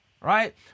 Right